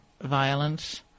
violence